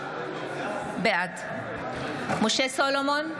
בעד משה סולומון,